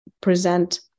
present